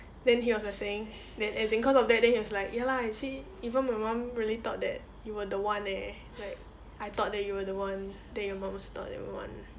then he was like saying then as in cause of that then he was like ya lah you see even my mum really thought that you were the one eh like I thought that you were the one then your mum also thought that you were the one